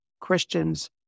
Christians